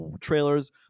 trailers